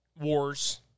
wars